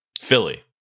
philly